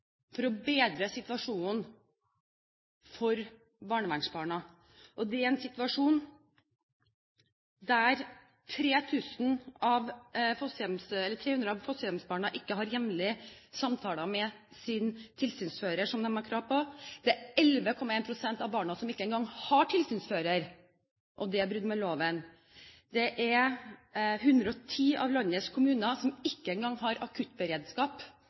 for å bedre situasjonen for barnevernsbarna. Det er en situasjon der 300 av fosterhjemsbarna ikke har jevnlige samtaler med sin tilsynsfører, noe de har krav på. Det er 11,1 pst. av barna som ikke engang har tilsynsfører, og det er brudd på loven. Det er 110 av landets kommuner som ikke engang har akuttberedskap